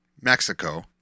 Mexico